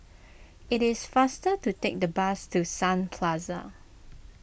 it is faster to take the bus to Sun Plaza